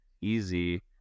easy